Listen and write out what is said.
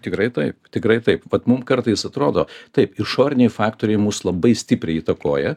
tikrai taip tikrai taip vat mum kartais atrodo taip išoriniai faktoriai mus labai stipriai įtakoja